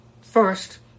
first